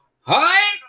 Hi